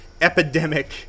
epidemic